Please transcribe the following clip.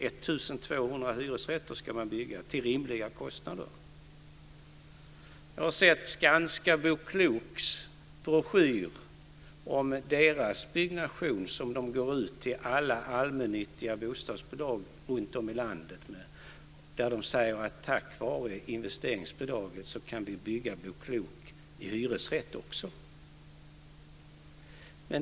1 200 hyresrätter ska man bygga till rimliga kostnader. Jag har sett Skanskas Bo Klok-broschyr om dess byggnation, som man går ut till alla allmännyttiga bostadsbolag runtom i landet med. De säger att de tack vare investeringsbidraget kan bygga Bo Klokhus också med hyresrätt.